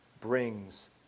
brings